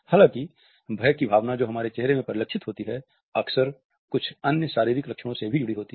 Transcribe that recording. हालांकि भय की भावना जो हमारे चेहरे में परिलक्षित होती है अक्सर कुछ अन्य शारीरिक लक्षणों से भी जुड़ी होती है